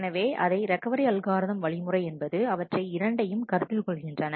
எனவே recovery algorithm வழிமுறை என்பது அவற்றை அவை இரண்டையும் கருத்தில் கொள்கின்றன